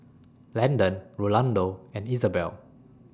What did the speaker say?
Landen Rolando and Isabell